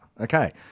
Okay